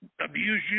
abuse